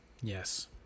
Yes